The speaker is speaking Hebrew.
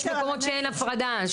יש מקומות שאין הפרדה.